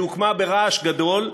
שהוקמה ברעש גדול,